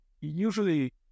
usually